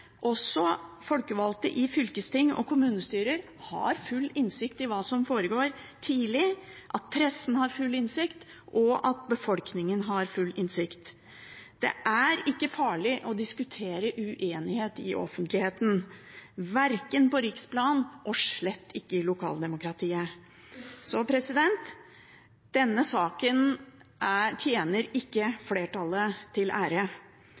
også folkevalgte i fylkesting og kommunestyrer – tidlig har full innsikt i hva som foregår, at pressen har full innsikt, og at befolkningen har full innsikt. Det er ikke farlig å diskutere uenighet i offentligheten, verken på riksplan eller slett ikke i lokaldemokratiet. Så denne saken tjener ikke flertallet til ære.